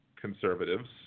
conservatives